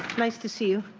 nice to see you.